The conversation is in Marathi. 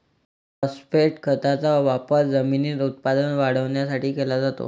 फॉस्फेट खताचा वापर जमिनीत उत्पादन वाढवण्यासाठी केला जातो